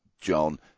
John